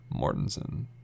Mortensen